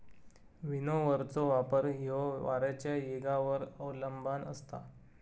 विनोव्हरचो वापर ह्यो वाऱ्याच्या येगावर अवलंबान असता